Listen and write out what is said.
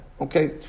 Okay